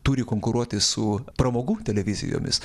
turi konkuruoti su pramogų televizijomis